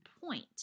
point